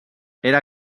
era